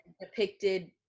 depicted